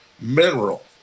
mineral